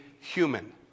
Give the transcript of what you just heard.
human